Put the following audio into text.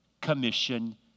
commission